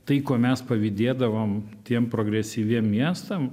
tai ko mes pavydėdavom tiem progresyviem miestam